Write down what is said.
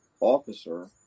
officer